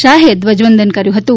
શાહે ધ્વજવંદન કર્યું હતું